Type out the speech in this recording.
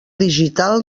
digital